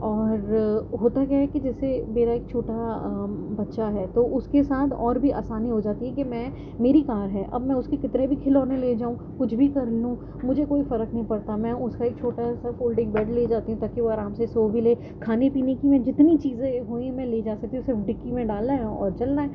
اور ہوتا کیا ہے کہ جیسے میرا ایک چھوٹا بچہ ہے تو اس کے ساتھ اور بھی آسانی ہو جاتی ہے کہ میں میری کار ہے اب میں اس کی کتنے بھی کھلونے لے جاؤں کچھ بھی کر لوں مجھے کوئی فرق نہیں پڑتا میں اس کا ایک چھوٹا سا فولڈنگ بیڈ لے جاتی ہوں تاکہ وہ آرام سے سو بھی لے کھانے پینے کی میں جتنی چیزیں ہوئیں میں لے جا سکتی ہوں صرف ڈگی میں ڈالنا ہے اور چلنا ہے